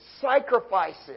sacrifices